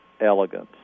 elegance